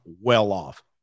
well-off